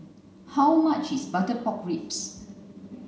how much is butter pork ribs